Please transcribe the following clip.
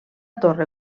torre